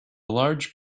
large